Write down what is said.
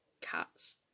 cats